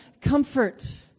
comfort